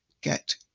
get